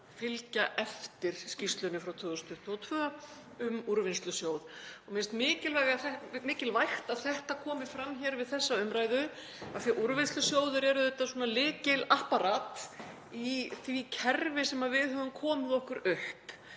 fylgja eftir skýrslunni frá 2022 um Úrvinnslusjóð. Mér finnst mikilvægt að þetta komi fram hér við þessa umræðu af því að Úrvinnslusjóður er lykilapparat í því kerfi sem við höfum komið okkur upp